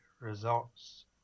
results